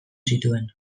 zituen